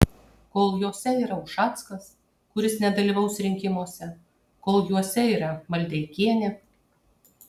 kol jose yra ušackas kuris nedalyvaus rinkimuose kol juose yra maldeikienė